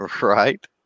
Right